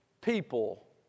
people